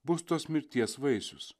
bus tos mirties vaisius